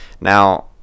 Now